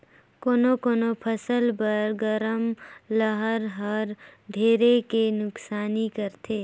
कोनो कोनो फसल बर गरम लहर हर ढेरे के नुकसानी करथे